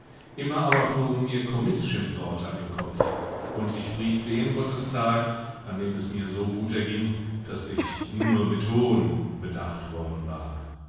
immer aber flogen mir kommisschimpfworte an den kopf und ich pries den gottestag an dem es mir so gut erging daß ich nur mit hohn bedacht worden war